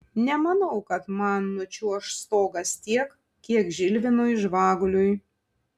nemanau kad man nučiuoš stogas tiek kiek žilvinui žvaguliui